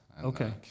Okay